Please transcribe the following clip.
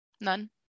none